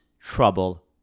trouble